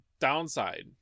downside